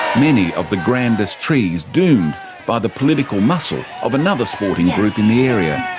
many of the grandest trees doomed by the political muscle of another sporting group in the area,